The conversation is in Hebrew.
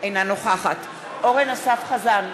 אינה נוכחת אורן אסף חזן,